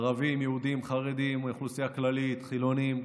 ערבים, יהודים, חרדים, אוכלוסייה כללית, חילונים.